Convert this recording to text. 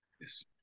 Yes